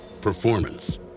performance